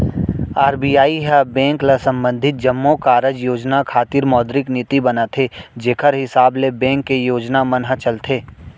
RBI ह bank ल संबंधित जम्मो कारज योजना खातिर मौद्रिक नीति बनाथे जेखर हिसाब ले बेंक के योजना मन ह चलथे